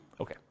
Okay